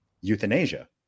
euthanasia